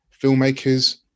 filmmakers